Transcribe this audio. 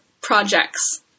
projects